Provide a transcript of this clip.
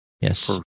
Yes